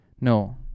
No